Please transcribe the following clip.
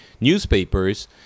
newspapers